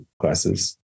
classes